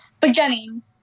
Beginning